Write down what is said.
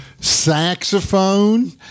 saxophone